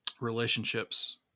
relationships